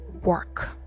work